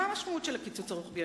מה משמעות הקיצוץ הרוחבי?